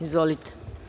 Izvolite.